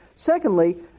Secondly